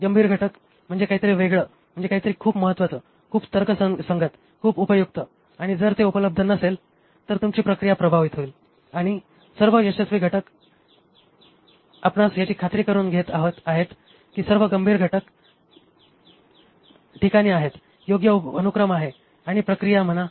गंभीर घटक म्हणजे काहीतरी वेगळं म्हणजे काहीतरी खूप महत्वाचं खूप तर्कसंगत खूप उपयुक्त आणि जर ते उपलब्ध नसेल तर तुमची प्रक्रिया प्रभावित होईल आणि सर्व यशस्वी घटक आपणास याची खात्री करून घेत आहेत की सर्व गंभीर घटक ठिकाणी आहेत योग्य अनुक्रम आहे आणि प्रक्रिया म्हणा